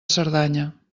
cerdanya